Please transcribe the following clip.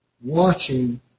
watching